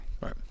Right